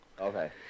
Okay